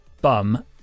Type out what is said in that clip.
bum